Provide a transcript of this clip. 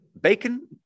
Bacon